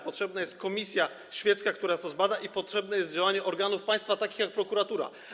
Potrzebna jest komisja świecka, która to zbada, i potrzebne jest działanie organów państwa, takich jak prokuratura.